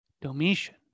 Domitian